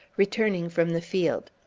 returning from the field.